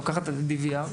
לוקחת את ה-DVR,